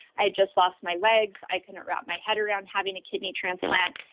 i had just lost my legs, i couldn't wrap my head around having a kidney transplant.